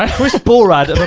um chris borad,